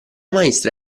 maestra